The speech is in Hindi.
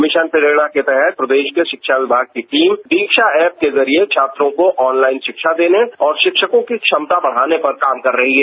मिशन प्रेरणा के तहत प्रदेश के शिक्षा विभाग की टीम दीक्षा ऐप के छात्रों को ऑनलाइन शिक्षा देने और शिक्षकों की क्षमता बढाने पर काम कर रहा है